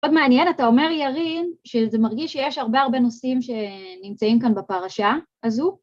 ‫מאוד מעניין, אתה אומר, ירין, ‫שזה מרגיש שיש הרבה הרבה נושאים ‫שנמצאים כאן בפרשה, הזו